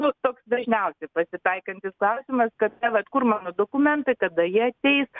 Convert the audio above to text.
nu toks dažniausiai pasitaikantis klausimas kad na vat kur mano dokumentai kada jie ateis